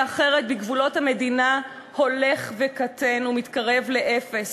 אחרת בגבולות המדינה הולך וקטן ומתקרב לאפס,